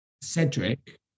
cedric